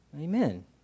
Amen